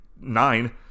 nine